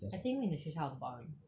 I think 你的学校很 boring